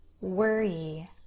worry